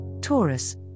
taurus